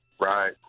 Right